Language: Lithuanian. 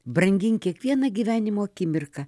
brangink kiekvieną gyvenimo akimirką